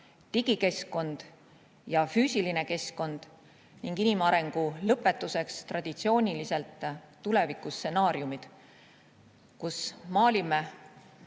digikeskkond ja füüsiline keskkond. Ning inimarengu aruande lõpetuseks on traditsiooniliselt kirjas tulevikustsenaariumid, kus maalime